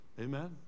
Amen